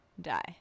die